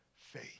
faith